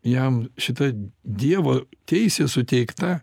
jam šita dievo teisė suteikta